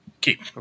Keep